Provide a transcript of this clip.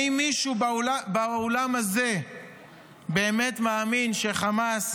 האם מישהו באולם הזה באמת מאמין שחמאס,